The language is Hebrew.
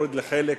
להוריד לחלק,